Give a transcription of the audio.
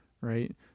right